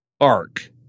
arc